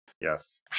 Yes